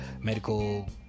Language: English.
medical